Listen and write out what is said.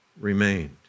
remained